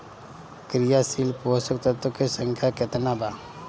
क्रियाशील पोषक तत्व के संख्या कितना बा?